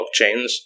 blockchains